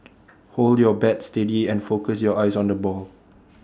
hold your bat steady and focus your eyes on the ball